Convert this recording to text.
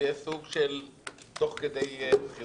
זה יהיה סוג של תוך כדי בחירות,